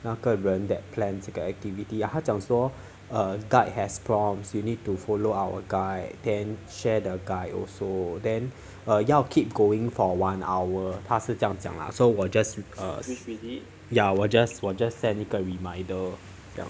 那个人 that plan 这个 activity 他讲说 a guide has prompts you need to follow our guide then share the guide also then ah 要 keep going for one hour 他是这样讲啦 so 我 just err ya 我 just 我 just set 一个 reminder